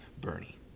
Bernie